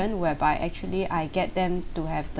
whereby actually I get them to have the